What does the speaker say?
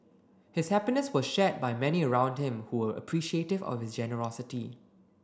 his happiness was shared by many around him who were appreciative of his generosity